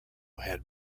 had